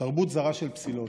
תרבות זרה של פסילות.